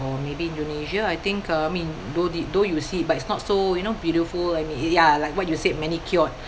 or maybe Indonesia I think uh I mean though the though you see but it's not so you know beautiful I mean ya like what you said manicured